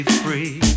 free